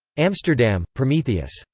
amsterdam prometheus.